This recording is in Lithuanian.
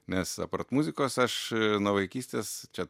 nes apart muzikos aš nuo vaikystės čia